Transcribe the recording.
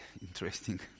interesting